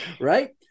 Right